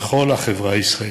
בכל החברה הישראלית,